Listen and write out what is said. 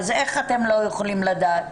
אז איך אתם לא יכולים לדע?